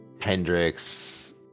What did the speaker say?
Hendrix